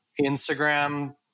Instagram